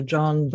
John